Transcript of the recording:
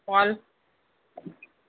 call